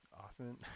often